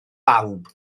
bawb